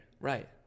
Right